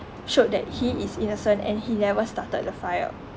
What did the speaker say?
showed that he is innocent and he never started the fire